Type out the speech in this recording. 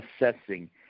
assessing